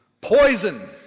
poison